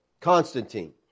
Constantine